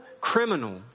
criminal